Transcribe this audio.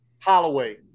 Holloway